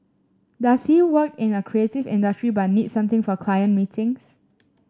does he work in a creative industry but needs something for client meetings